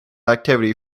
activity